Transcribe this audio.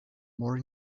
more